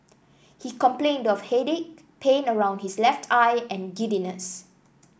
he complained of headache pain around his left eye and giddiness